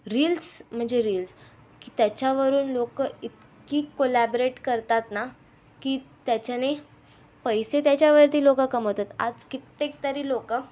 reels म्हणजे reels की त्याच्यावरून लोकं इतकी कोलॅबरेट करतात ना की त्याच्याने पैसे त्याच्यावरती लोकं कमावतात आज कित्येकतरी लोकं